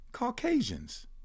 caucasians